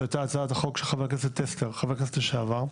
זו הייתה הצעת חוק של חה"כ לשעבר טסלר.